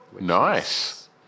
Nice